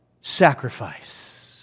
sacrifice